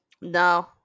no